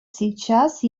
сейчас